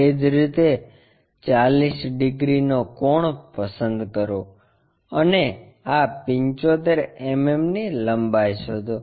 એ જ રીતે 40 ડિગ્રીનો કોણ પસંદ કરો અને આ 75 mmની લંબાઈ શોધો